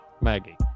Maggie